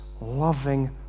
loving